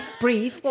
breathe